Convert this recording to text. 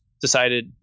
decided